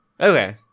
Okay